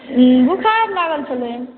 बुखार लागल छलनि